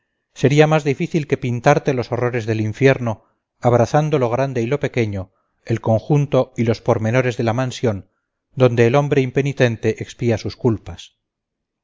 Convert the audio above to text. sería más difícil que pintarte los horrores del infierno abrazando lo grande y lo pequeño el conjunto y los pormenores de la mansión donde el hombre impenitente expía sus culpas